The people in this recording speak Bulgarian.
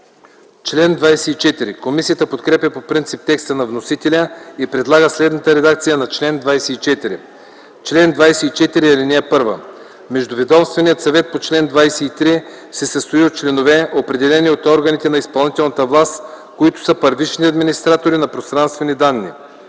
ВЪЛКОВ: Комисията подкрепя по принцип текста на вносителя и предлага следната редакция на чл. 24: „Чл. 24. (1) Междуведомственият съвет по чл. 23 се състои от членове, определени от органите на изпълнителната власт, които са първични администратори на пространствени данни.